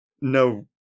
No